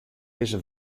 dizze